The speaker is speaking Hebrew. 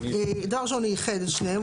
דבר ראשון הוא איחד את שניהם,